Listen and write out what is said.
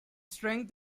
strength